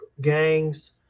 Gangs